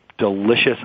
Delicious